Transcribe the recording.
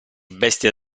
bestia